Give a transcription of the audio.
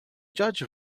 judge